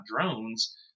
drones